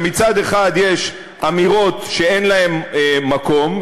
ומצד אחד יש אמירות שאין להן מקום,